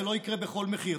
זה לא יקרה בכל מחיר.